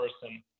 person